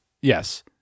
Yes